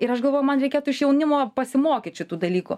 ir aš galvoju man reikėtų iš jaunimo pasimokyt šitų dalykų